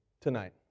tonight